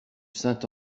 saint